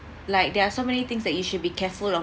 like there are so many things that you should be careful of